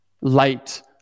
light